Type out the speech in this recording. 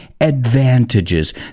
advantages